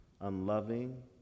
unloving